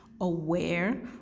aware